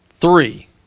Three